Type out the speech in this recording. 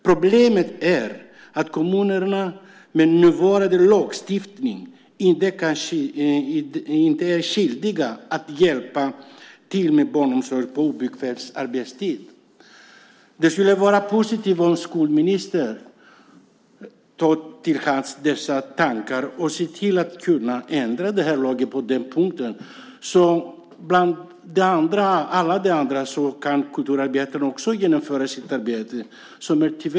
Problemet är att kommunerna med nuvarande lagstiftning inte är skyldiga att hjälpa till med barnomsorg på obekväm arbetstid. Det skulle vara positivt om skolministern tog till sig dessa tankar och såg till att kunna ändra lagen på den punkten så att bland alla andra kulturarbetarna också kan utföra sitt arbete.